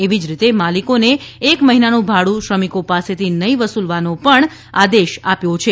એવીજ રીતે માલિકોને એક મહિનાનું ભાડ્ શ્રમિકો પાસેથી નહી વસૂલવાનો આદેશ આપ્યો છે